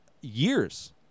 years